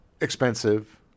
expensive